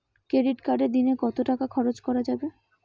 Credit কার্ডে দিনে কত টাকা খরচ করা যাবে?